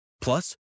Plus